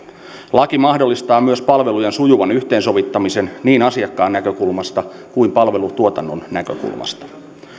laki mahdollistaa myös palvelujen sujuvan yhteensovittamisen niin asiakkaan näkökulmasta kuin palvelutuotannon näkökulmasta